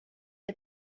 the